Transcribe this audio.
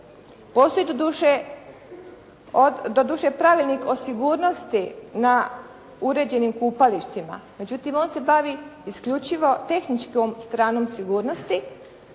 od, doduše Pravilnik o sigurnosti na uređenim kupalištima međutim on se bavi isključivo tehničkom stranom sigurnosti,